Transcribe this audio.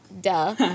duh